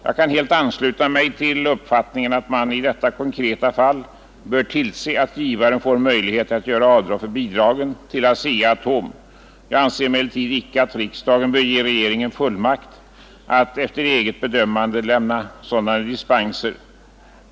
Jag kan helt ansluta mig till uppfattningen att man i detta konkreta fall bör tillse att givaren får möjlighet att göra avdrag för bidragen till Asea-Atom. Jag anser emellertid icke att riksdagen bör ge regeringen fullmakt att efter eget bedömande lämna sådana dispenser.